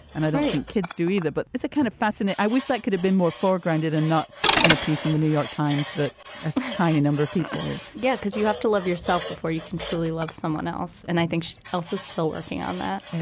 and i don't think kids do either. but it's a kind of fascinate. i wish that could have been more foregrounded and not in a piece in the new york times that a tiny number of people get yeah because you have to love yourself before you can truly love someone else and i think she's also still working on that.